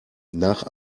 nach